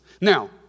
Now